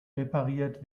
repariert